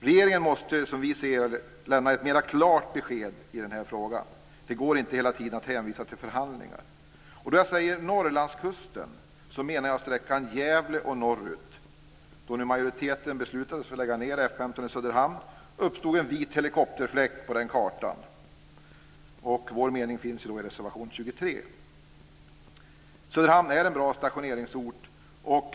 Regeringen måste, som vi ser det, lämna ett mera klart besked i denna fråga. Det går inte att hela tiden hänvisa till förhandlingar. Med Norrlandskusten menar jag här sträckan Gävle och norrut. Då majoriteten beslutade att lägga ned F 15 i Söderhamn uppstod en vit fläck på helikopterkartan. Vår mening i detta sammanhang återfinns i reservation 23. Söderhamn är en bra stationeringsort.